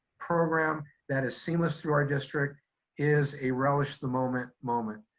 program that is seamless through our district is a relish the moment moment.